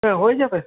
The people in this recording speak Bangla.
হ্যাঁ হয়ে যাবে